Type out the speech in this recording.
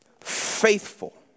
Faithful